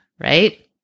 right